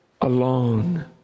alone